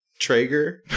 Traeger